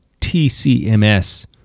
TCMS